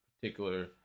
particular